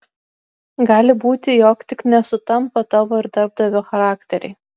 gali būti jog tik nesutampa tavo ir darbdavio charakteriai